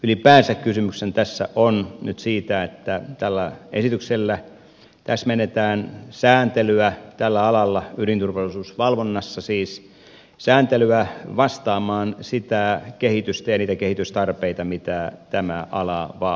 ylipäänsä kysymyshän tässä on nyt siitä että tällä esityksellä täsmennetään sääntelyä tällä alalla ydinturvallisuusvalvonnassa siis vastaamaan sitä kehitystä ja niitä kehitystarpeita mitä tämä ala vaatii